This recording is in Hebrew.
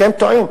אתם טועים.